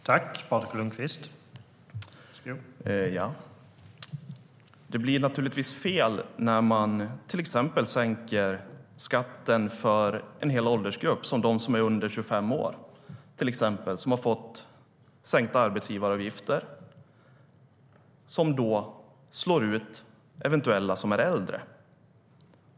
Herr talman! Det blir fel när man sänker skatten för en hel åldersgrupp. Sänkta arbetsgivaravgifter för alla under 25 år slår till exempel ut dem som är äldre. Arbetsgivaravgiften måste vara lika för alla.